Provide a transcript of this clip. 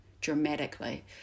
dramatically